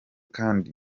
kandi